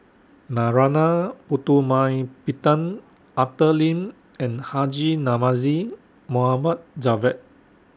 Narana Putumaippittan Arthur Lim and Haji Namazie Mohd Javad